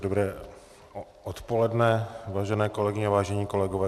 Dobré odpoledne, vážené kolegyně, vážení kolegové.